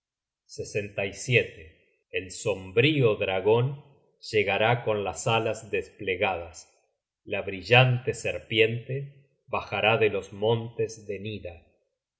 las recompensas merecidas el sombrio dragon llegará con las alas desplegadas la brillante serpiente bajará de los montes de nida